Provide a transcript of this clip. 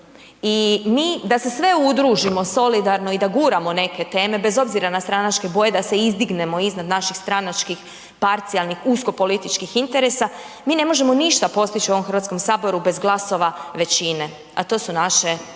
i mi da se sve udružimo solidarno i da guramo neke teme bez obzira na stranačke boje da se izdignemo iznad naših stranačkih parcijalnih usko političkih interesa, mi ne možemo ništa postići u ovom Hrvatskom saboru bez glasova većine, a to su naše kolege.